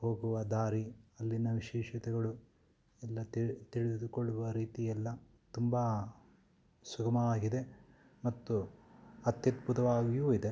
ಹೋಗುವ ದಾರಿ ಅಲ್ಲಿನ ವಿಶೇಷತೆಗಳು ಎಲ್ಲ ತಿಳ್ ತಿಳಿದುಕೊಳ್ಳುವ ರೀತಿಯೆಲ್ಲ ತುಂಬ ಸುಗಮವಾಗಿದೆ ಮತ್ತು ಅತ್ಯದ್ಭುತವಾಗಿಯೂ ಇದೆ